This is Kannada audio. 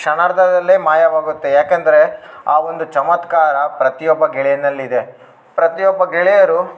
ಕ್ಷಣಾರ್ಧದಲ್ಲೇ ಮಾಯವಾಗುತ್ತೆ ಯಾಕಂದ್ರೆ ಆ ಒಂದು ಚಮತ್ಕಾರ ಪ್ರತಿಯೊಬ್ಬ ಗೆಳೆಯನಲ್ಲಿದೆ ಪ್ರತಿಯೊಬ್ಬ ಗೆಳೆಯರು